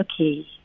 okay